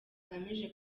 agamije